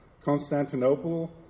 Constantinople